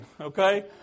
okay